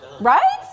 Right